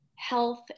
health